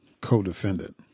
co-defendant